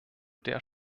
der